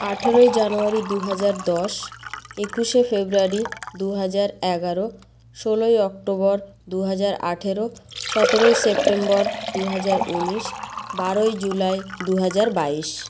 আঠারোই জানুয়ারি দু হাজার দশ একুশে ফেব্রুয়ারি দু হাজার এগারো ষোলোই অক্টোবর দু হাজার আঠারো সতেরোই সেপ্টেম্বর দু হাজার উনিশ বারোই জুলাই দু হাজার বাইশ